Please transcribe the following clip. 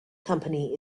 company